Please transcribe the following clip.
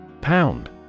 Pound